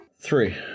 three